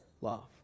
love